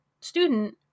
student